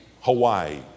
Hawaii